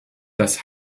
das